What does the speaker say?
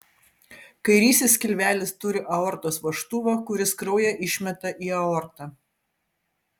kairysis skilvelis turi aortos vožtuvą kuris kraują išmeta į aortą